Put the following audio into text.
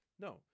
No